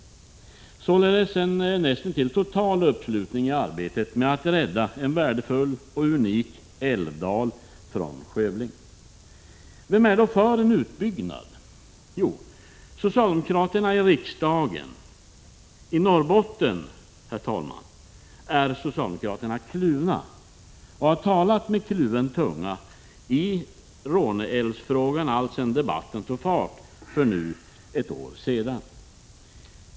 Det är således en näst intill total uppslutning i arbetet med att rädda en värdefull och unik älvdal från skövling. Vem är då för en utbyggnad? Jo, socialdemokraterna i riksdagen. I Norrbotten, herr talman, är socialdemokraterna kluvna och har talat med kluven tunga i debatten om Råne älv alltsedan debatten tog fart för nu ett år sedan.